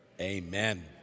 amen